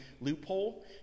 loophole